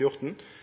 var